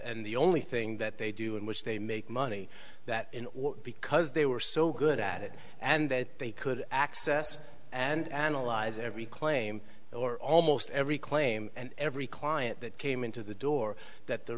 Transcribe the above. and the only thing that they do in which they make money that because they were so good at it and that they could access and analyze every claim or almost every claim and every client that came into the door that the